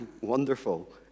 wonderful